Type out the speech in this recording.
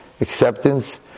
acceptance